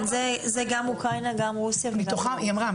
היא אמרה.